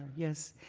yes.